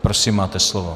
Prosím, máte slovo.